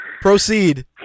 Proceed